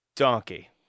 Donkey